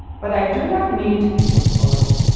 but i do not mean to be impolite,